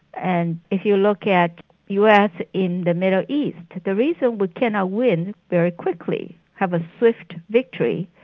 and if you look at us in the middle east, the reason we cannot win very quickly, have a swift victory,